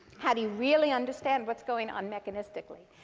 how do you really understand what's going on mechanistically?